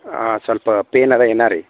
ಹಾಂ ಸ್ವಲ್ಪ ಪೇನ್ ಅದ ಏನಾರಿ